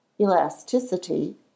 elasticity